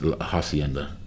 Hacienda